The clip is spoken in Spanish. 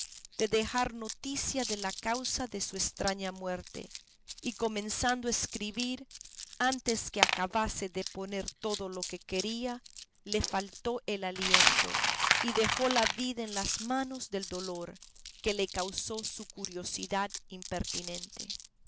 de dejar noticia de la causa de su estraña muerte y comenzando a escribir antes que acabase de poner todo lo que quería le faltó el aliento y dejó la vida en las manos del dolor que le causó su curiosidad impertinente